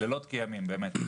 לילות כימים באמת.